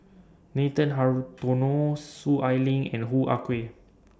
Nathan Hartono Soon Ai Ling and Hoo Ah Kay